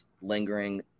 lingering